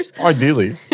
Ideally